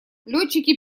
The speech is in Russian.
летчики